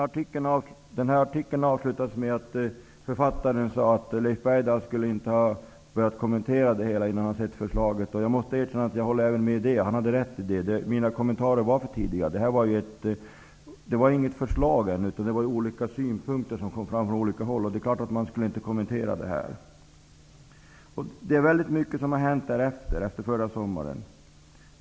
Artikeln avslutades med att författaren sade att Leif Bergdahl inte borde ha börjat kommentera det hela innan han sett förslaget. Jag måste erkänna att även jag håller med om det. Han hade rätt i det. Mina kommentarer var för tidiga. Det var ännu inget förslag. Det var olika synpunkter som fördes fram från olika håll, och dem borde jag inte ha kommenterat. Det är väldigt mycket som har hänt sedan förra sommaren.